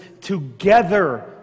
together